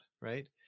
right